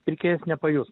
pirkėjas nepajus